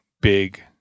big